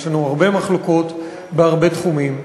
יש לנו הרבה מחלוקות בהרבה תחומים.